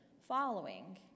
following